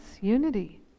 unity